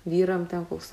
vyram ten koks